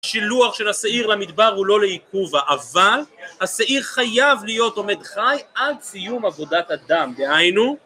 שילוח של השעיר למדבר הוא לא לעיכובא, אבל השעיר חייב להיות עומד חי עד סיום עבודת הדם, דהיינו.